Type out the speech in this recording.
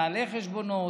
מנהלי חשבונות,